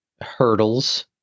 hurdles